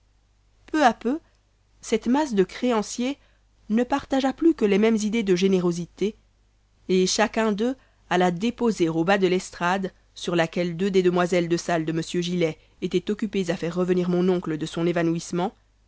peu à peu cette masse de créanciers ne partagea plus que les mêmes idées de générosité et chacun d'eux alla déposer au bas de l'estrade sur laquelle deux des demoiselles de salle de m gillet étaient occupées à faire revenir mon oncle de son évanouissement